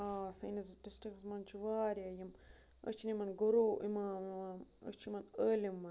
آ سٲنِس ڈِسٹِرٛکَس منٛز چھُ وارِیاہ یِم أسۍ چھِنہٕ یِمَن گُروٗ اِمام وِمام أسۍ چھِ یِمَن عٲلم مانان